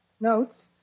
Notes